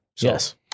Yes